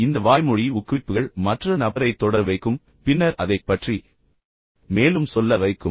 எனவே இந்த வாய்மொழி ஊக்குவிப்புகள் மற்ற நபரை தொடர வைக்கும் பின்னர் அதைப் பற்றி மேலும் சொல்ல வைக்கும்